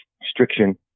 restriction